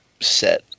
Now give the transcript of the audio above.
set